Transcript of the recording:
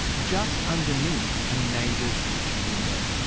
just underneath a neighbour's kitchen window.